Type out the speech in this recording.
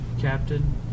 Captain